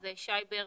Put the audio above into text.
אז שי ברמן,